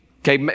okay